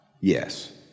yes